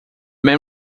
man